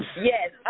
Yes